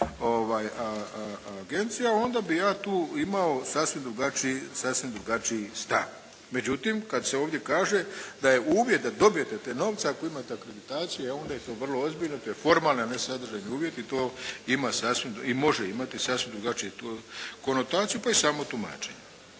agencija, onda bi ja tu imao sasvim drugačiji stav. Međutim, kad se ovdje kaže da je uvjet da dobijete te novce ako imate akreditaciju, onda je to vrlo ozbiljno. To je formalno a ne sadržajni uvjeti. To ima i može imati sasvim drugačiju konotaciju, pa i samo tumačenje.